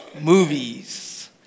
movies